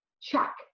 check